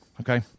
okay